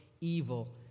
evil